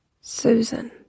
Susan